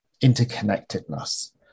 interconnectedness